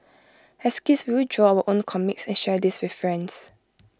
as kids we would draw our own comics and share these with friends